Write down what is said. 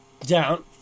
down